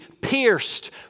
pierced